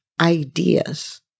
ideas